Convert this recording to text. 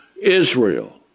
Israel